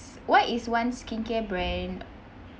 what is one skincare brand